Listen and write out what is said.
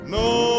no